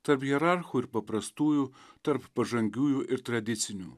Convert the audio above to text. tarp hierarchų ir paprastųjų tarp pažangiųjų ir tradicinių